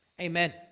Amen